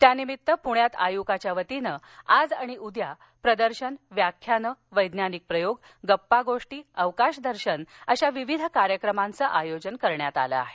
त्यानिमित्त पूण्यात आयुकाच्या वतीनं आज आणि उद्या प्रदर्शन व्याख्यानं वेज्ञानिक प्रयोग गप्पागोष्टी अवकाश दर्शन अशा कार्यक्रमांचं आयोजन करण्यात आलं आहे